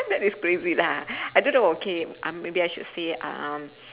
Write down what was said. that is crazy lah I don't know okay um maybe I should say um